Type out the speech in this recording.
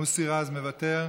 מוסי רז, מוותר.